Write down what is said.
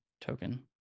token